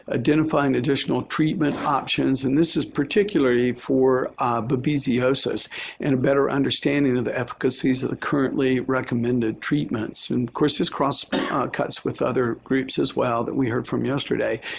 identifying additional treatment options, and this is particularly for but babesiosis and a better understanding of the efficacies of the currently recommended treatments. and of course, this cross cuts with other groups as well that we heard from yesterday.